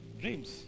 Dreams